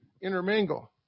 intermingle